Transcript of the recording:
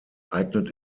eignet